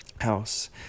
house